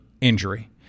injury